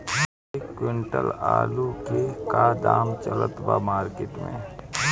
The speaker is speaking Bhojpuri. एक क्विंटल आलू के का दाम चलत बा मार्केट मे?